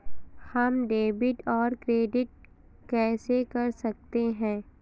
हम डेबिटऔर क्रेडिट कैसे कर सकते हैं?